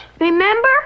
Remember